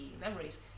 memories